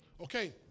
Okay